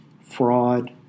fraud